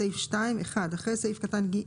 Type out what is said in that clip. בסעיף 2 אחרי סעיף קטן (ג)